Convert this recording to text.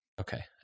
Okay